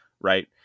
right